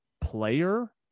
player